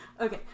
okay